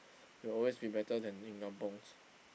will always be better than in kampungs